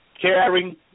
caring